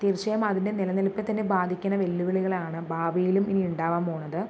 തീർച്ചയായും അതിൻ്റെ നിലനിൽപ്പിനെ തന്നെ ബാധിക്കുന്ന വെല്ലുവിളികളാണ് ഭാവിയിലും ഇനി ഉണ്ടാകാൻ പോണത്